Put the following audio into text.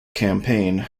campaign